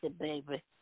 baby